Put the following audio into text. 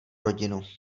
rodinu